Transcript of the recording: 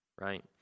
right